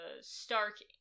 Stark